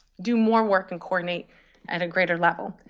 do more work and coordinate at a greater level.